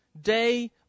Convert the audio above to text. day